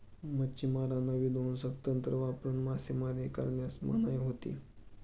मच्छिमारांना विध्वंसक तंत्र वापरून मासेमारी करण्यास मनाई होती